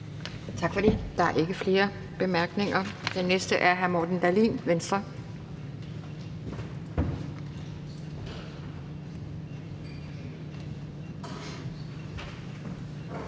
Tak for det. Der er ikke flere bemærkninger. Den næste er hr. Morten Dahlin, Venstre.